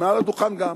וגם מעל הדוכן אמרתי: